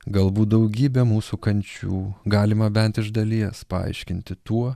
galbūt daugybę mūsų kančių galima bent iš dalies paaiškinti tuo